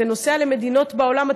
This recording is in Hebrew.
אתה נוסע למדינות בעולם,